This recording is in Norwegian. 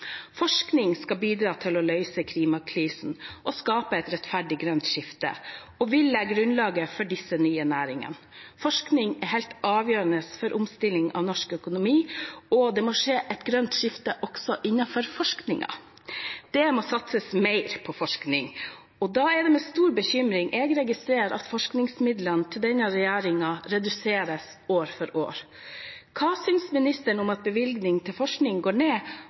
Forskning skal bidra til å løse klimakrisen og skape et rettferdig grønt skifte og vil legge grunnlaget for disse nye næringene. Forskning er helt avgjørende for omstilling av norsk økonomi, og det må skje et grønt skifte også innenfor forskningen. Det må satses mer på forskning. Da er det med stor bekymring jeg registrerer at forskningsmidlene til denne regjeringen reduseres år for år. Hva syns ministeren om at bevilgning til forskning går ned?